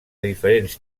diferents